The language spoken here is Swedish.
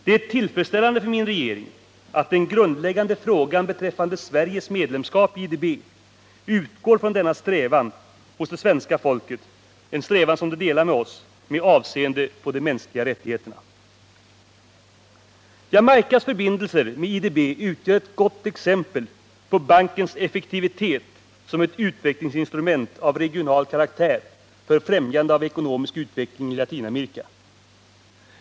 Det är tillfredsställande för min regering att den grundläggande frågan beträffande Sveriges medlemskap i IDB utgår från den strävan det svenska folket delar med oss med avseende på de mänskliga rättigheterna. Jamaicas förbindelser med IDB utgör ett gott exempel på bankens effektivitet som ett utvecklingsinstrument av regional karaktär för främjande av ekonomisk utveckling i Latinamerika.